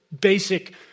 basic